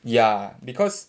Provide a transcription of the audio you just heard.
ya because